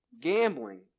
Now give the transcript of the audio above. gambling